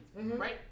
right